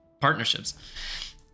partnerships